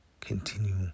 continue